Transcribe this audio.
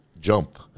jump